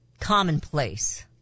commonplace